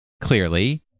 clearly